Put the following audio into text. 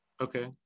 Okay